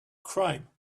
crime